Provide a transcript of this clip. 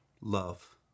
Love